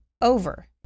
over